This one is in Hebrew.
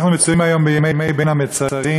אנחנו מצויים היום בימי בין המצרים,